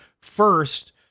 First